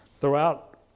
throughout